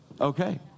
Okay